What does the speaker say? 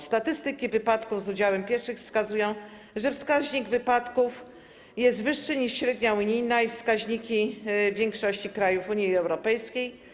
Statystyki wypadków z udziałem pieszych wskazują, że wskaźnik wypadków jest wyższy niż średnia unijna i wskaźniki większości krajów Unii Europejskiej.